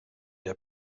der